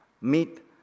meet